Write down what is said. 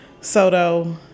Soto